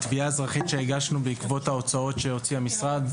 התביעה האזרחית שהגשנו בעקבות ההוצאות שהוציא המשרד,